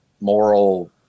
moral